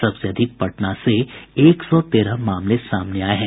सबसे अधिक पटना से एक सौ तेरह मामले सामने आये हैं